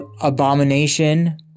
Abomination